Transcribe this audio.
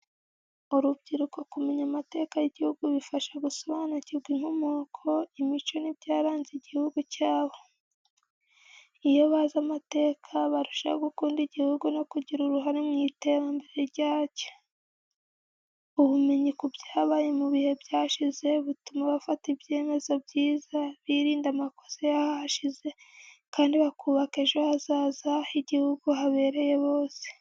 Urubyiruko kumenya amateka y’igihugu bifasha gusobanukirwa inkomoko, imico n’ibyaranze igihugu cyabo. Iyo bazi amateka, barushaho gukunda igihugu no kugira uruhare mu iterambere ryacyo. Ubumenyi ku byabaye mu bihe byashize butuma bafata ibyemezo byiza, birinda amakosa y’ahashize, kandi bakubaka ejo hazaza h’igihugu habereye bose.